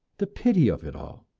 the pity of it all!